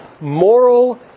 moral